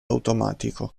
automatico